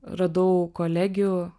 radau kolegių